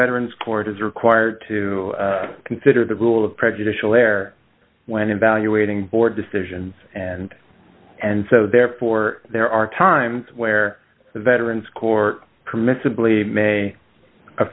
veterans court is required to consider the rule of prejudicial air when evaluating board decisions and and so therefore there are times where the veterans court permissibly may